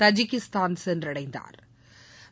Tajikistan சென்றடைந்தாா்